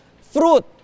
fruit